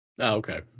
okay